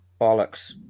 Bollocks